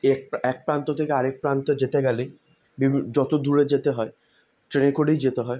ইয়েক এক প্রান্ত থেকে আরেক প্রান্ত যেতে গেলে বিভিন্ন যত দূরে যেতে হয় ট্রেনে করেই যেতে হয়